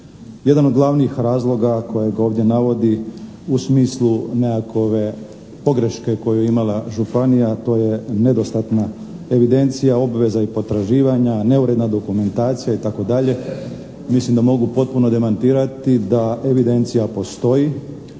Jedan od glavnih razloga kojeg ovdje navodi u smislu nekakove pogreške koju je imala županija, to je nedostatna evidencija obveza i potraživanja, neuredna dokumentacija itd. Mislim da mogu potpuno demantirati da evidencija postoji,